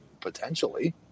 potentially